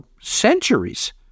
centuries